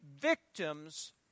victims